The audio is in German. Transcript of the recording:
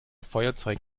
feuerzeug